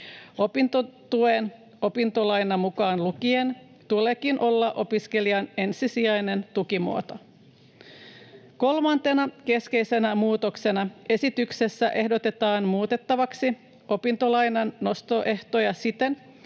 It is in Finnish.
Opintotuen, opintolaina mukaan lukien, tuleekin olla opiskelijan ensisijainen tukimuoto. Kolmantena keskeisenä muutoksena esityksessä ehdotetaan muutettavaksi opintolainan noston ehtoja siten,